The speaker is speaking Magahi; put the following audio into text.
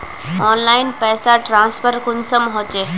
ऑनलाइन पैसा ट्रांसफर कुंसम होचे?